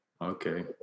Okay